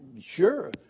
sure